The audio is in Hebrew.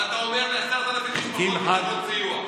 ואתה אומר לי: 10,000 משפחות מקבלות סיוע,